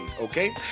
okay